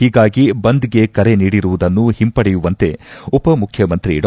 ಹೀಗಾಗಿ ಬಂದ್ ಗೆ ಕರೆ ನೀಡಿರುವುದನ್ನು ಹಿಂಪಡೆಯುವಂತೆ ಉಪಮುಖ್ಯಮಂತ್ರಿ ಡಾ